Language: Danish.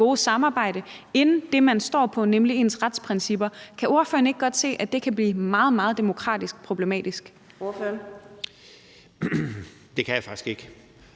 gode samarbejde vægter højere end det, man står på, nemlig ens retsprincipper. Kan ordføreren ikke godt se, at det kan blive meget, meget demokratisk problematisk? Kl. 15:31 Fjerde